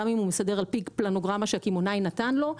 גם אם זה לפי פלנוגרמה שהרשת נתנה לו,